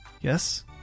Yes